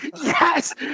Yes